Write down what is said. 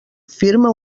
firma